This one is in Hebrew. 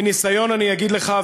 מניסיון אני אגיד לך,